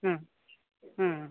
ಹ್ಞೂ ಹ್ಞೂ